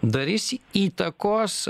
darys įtakos